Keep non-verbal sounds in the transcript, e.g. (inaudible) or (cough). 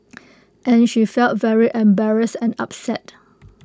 (noise) and she felt very embarrassed and upset